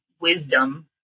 wisdom